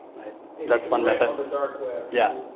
that's one method the dark yeah